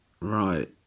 right